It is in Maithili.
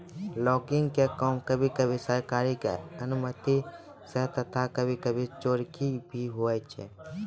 लॉगिंग के काम कभी कभी सरकार के अनुमती सॅ तथा कभी कभी चोरकी भी होय छै